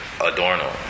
Adorno